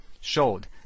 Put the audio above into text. showed